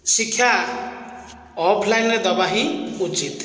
ଶିକ୍ଷା ଅଫଲାଇନରେ ଦେବା ହିଁ ଉଚିତ୍